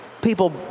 people